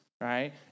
right